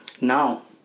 now